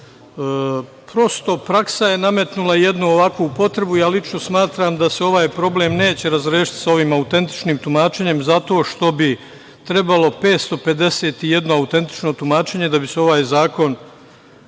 praksa je nametnula jednu ovakvu potrebu i ja lično smatram da se ovaj problem neće razrešiti sa autentičnim tumačenjem zato što bi trebalo 551 autentično tumačenje da bi se ovaj zakon